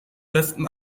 besten